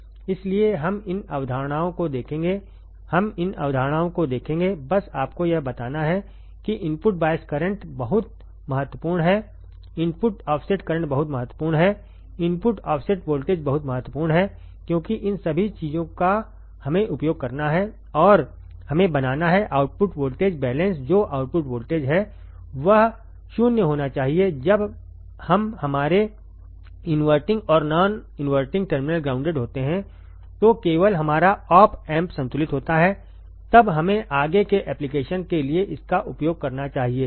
इसलिए हम इन अवधारणाओं को देखेंगे हम इन अवधारणाओं को देखेंगे बस आपकोयहबताना हैकि इनपुट बायस करंट बहुत महत्वपूर्ण है इनपुट ऑफसेट करंट बहुत महत्वपूर्ण है इनपुट ऑफसेट वोल्टेज बहुत महत्वपूर्ण है क्योंकि इन सभी चीजों का हमें उपयोग करना है और हमें बनाना है आउटपुट वोल्टेज बैलेंस जो आउटपुट वोल्टेज है वह 0 होना चाहिए जब हम हमारे इनवर्टिंग और नॉन इनवर्टिंग टर्मिनल ग्राउंडेड होते हैं तो केवल हमारा ऑप एम्प संतुलित होता है तब हमें आगे के एप्लिकेशन के लिए इसका उपयोग करना चाहिए ठीक है